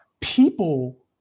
People